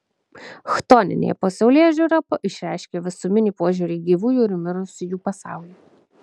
chtoninė pasaulėžiūra išreiškia visuminį požiūrį į gyvųjų ir mirusiųjų pasaulį